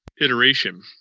iteration